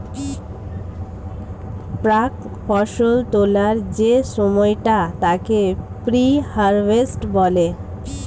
প্রাক্ ফসল তোলার যে সময়টা তাকে প্রি হারভেস্ট বলে